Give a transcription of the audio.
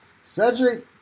Cedric